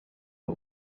who